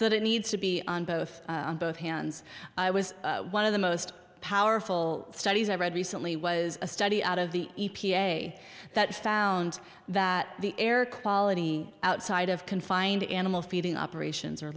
that it needs to be on both hands i was one of the most powerful studies i read recently was a study out of the e p a that found that the air quality outside of confined animal feeding operations